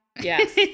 Yes